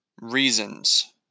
reasons